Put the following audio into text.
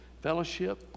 fellowship